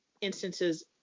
instances